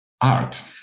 art